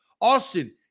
Austin